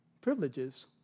privileges